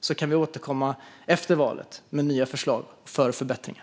Sedan kan vi återkomma efter valet med nya förslag på förbättringar.